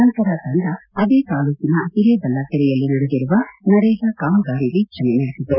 ನಂತರ ತಂಡ ಅದೇ ತಾಲೂಕಿನ ಹಿರೇಬಲ್ಲ ಕೆರೆಯಲ್ಲಿ ನಡೆದಿರುವ ನರೇಗಾ ಕಾಮಗಾರಿ ವೀಕ್ಷಣೆ ನಡೆಸಿತು